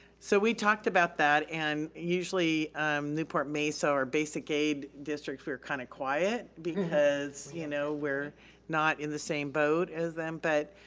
so we talked about that and usually newport-mesa, our basic aid districts, we were kind of quiet because you know we're not in the same boat as them. but